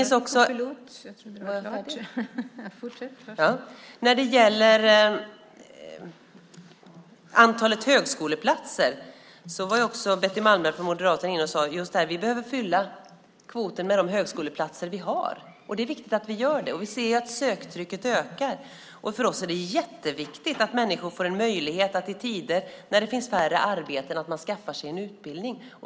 När det gäller antalet högskoleplatser var också Betty Malmberg från Moderaterna uppe och sade att vi behöver fylla kvoten med de högskoleplatser vi har. Det är viktigt att vi gör det, och vi ser ju att söktrycket ökar. För oss är det jätteviktigt att människor i tider när det finns färre arbeten skaffar sig en utbildning.